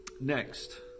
Next